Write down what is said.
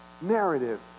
Narrative